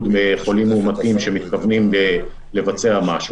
מחולים מאומתים שמתכוונים לבצע משהו,